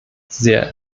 sehr